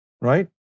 right